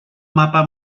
mapa